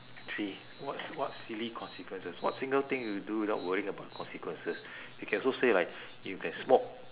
three what s~ what silly consequences what single thing you do without worrying about consequences you can also say like you can smoke